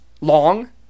long